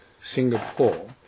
Singapore